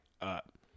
up